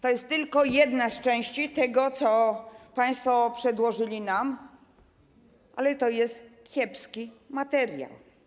To jest tylko jedna z części tego, co państwo nam przedłożyli, ale to jest kiepski materiał.